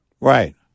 Right